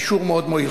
הגישור מאוד מועיל.